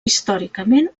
històricament